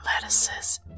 lettuces